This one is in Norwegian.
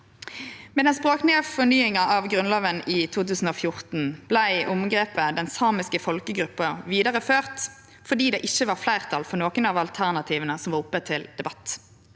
Med den språklege fornyinga av Grunnlova i 2014 vart omgrepet «den samiske folkegruppa» vidareført, fordi det ikkje var fleirtal for nokon av alternativa som var oppe til debatt.